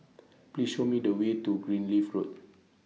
Please Show Me The Way to Greenleaf Road